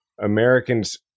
Americans